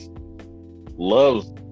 loves